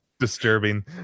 Disturbing